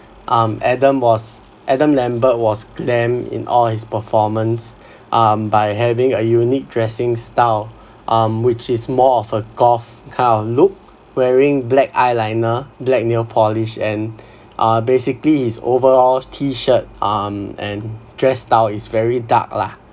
um adam was adam lambert was glam in all his performance by having a unique dressing style um which is more of a goth kind of look wearing black eyeliner black nail polish and uh basically is overall T-shirt um and dress style is very dark lah